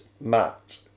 Matt